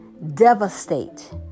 devastate